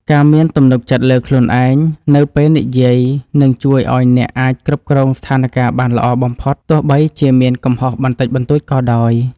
ការមានទំនុកចិត្តលើខ្លួនឯងនៅពេលនិយាយនឹងជួយឱ្យអ្នកអាចគ្រប់គ្រងស្ថានការណ៍បានល្អបំផុតទោះបីជាមានកំហុសបន្តិចបន្តួចក៏ដោយ។